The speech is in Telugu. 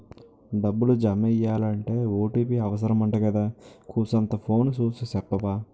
డబ్బులు జమెయ్యాలంటే ఓ.టి.పి అవుసరమంటగదా కూసంతా ఫోను సూసి సెప్పవా